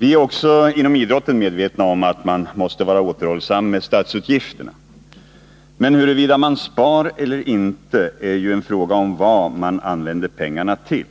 Vi är också inom idrotten medvetna om att man måste vara återhållsam med statsutgifterna, men huruvida man sparar eller inte är en fråga om vad man använder pengarna till.